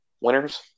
winners